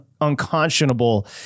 unconscionable